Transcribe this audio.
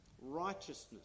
righteousness